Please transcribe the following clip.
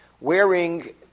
wearing